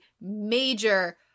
major